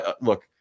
Look